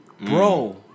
Bro